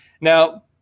Now